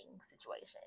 situation